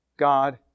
God